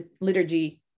liturgy